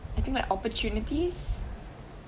I think my opportunities